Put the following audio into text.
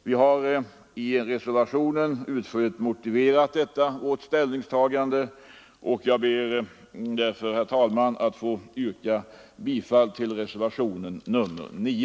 Vi har i reservationen utförligt motiverat detta vårt ställningstagande. Jag ber, herr talman, att få yrka bifall till reservationen 9.